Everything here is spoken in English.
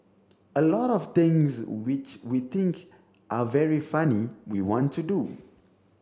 a lot of things which we think are very funny we want to do